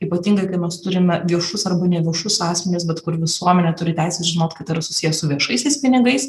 ypatingai kai mes turime viešus arba neviešus asmenis bet kur visuomenė turi teisę žinot kad yra susiję su viešaisiais pinigais